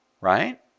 right